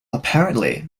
apparently